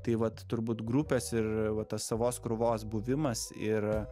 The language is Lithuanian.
tai vat turbūt grupės ir va tas savos krūvos buvimas ir